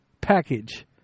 package